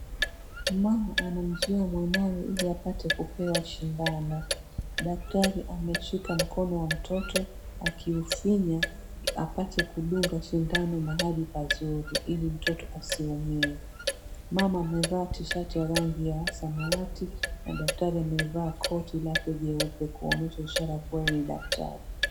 Mama anamzuia mwanawe ili apate kupewa sindano. Daktari ameshika mkono wa mtoto akimfinya apate kudunga sindano mahali pazuri ili mtoto asiumie. Mama amevaa tishati ya rangi ya samawati na daktari amevaa koti lake jeupe kuonyesha ishara kuwa yeye ni daktari.